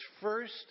first